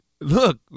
look